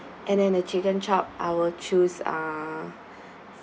and then the chicken chop I will choose uh